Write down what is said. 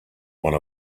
one